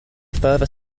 further